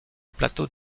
plateau